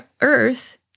earth